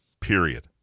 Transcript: period